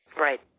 Right